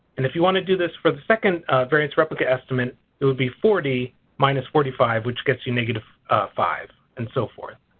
and if you want to do this for the second variance replicate estimate it will be forty minus forty five which gets you know you five and so forth.